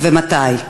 3. אם כן, מתי?